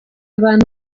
abantu